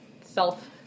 self